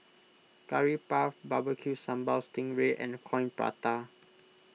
Curry Puff Barbecue Sambal Sting Ray and Coin Prata